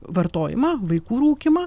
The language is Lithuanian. vartojimą vaikų rūkymą